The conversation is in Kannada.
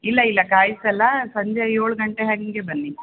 ಇಲ್ಲ ಇಲ್ಲ ಕಾಯಿಸಲ್ಲ ಸಂಜೆ ಏಳು ಗಂಟೆ ಹಾಗೆ ಬನ್ನಿ